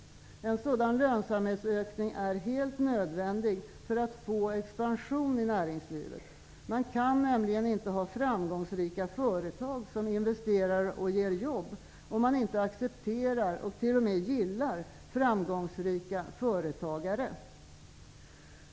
En sådan lönsamhetsökning är helt nödvändig för att få expansion i näringslivet -- man kan nämligen inte ha framgångsrika företag som investerar och ger jobb om man inte accepterar och t.o.m. gillar framgångsrika företagare.